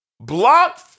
Block